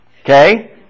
Okay